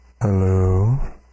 hello